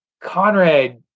Conrad